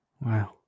Wow